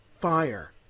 fire